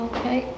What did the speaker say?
Okay